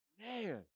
man